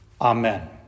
amen